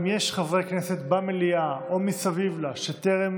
אם יש חברי כנסת במליאה או מסביב לה שטרם